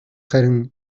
харин